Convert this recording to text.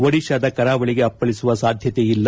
ಒಡಿತಾದ ಕರಾವಳಿಗೆ ಅಪ್ಪಳಿಸುವ ಸಾಧ್ಯತೆ ಇಲ್ಲ